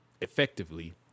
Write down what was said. effectively